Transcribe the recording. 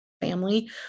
family